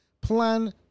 plan